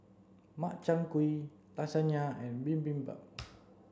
Makchang Gui Lasagna and Bibimbap